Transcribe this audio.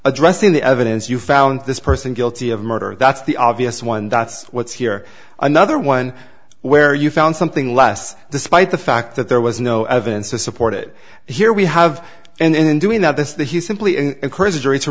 addressing the evidence you found this person guilty of murder that's the obvious one that's what's here another one where you found something less despite the fact that there was no evidence to support it here we have and in doing that this that he simply